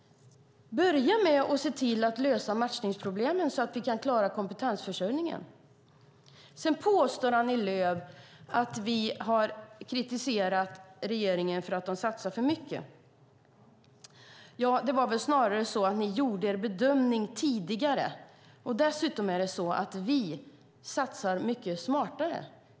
Börja med att se till att lösa matchningsproblemen så att vi kan klara kompetensförsörjningen. Sedan påstår Annie Lööf att vi har kritiserat regeringen för att den har satsat för mycket. Det var väl snarare så att ni gjorde er bedömning tidigare. Dessutom satsar vi mycket smartare.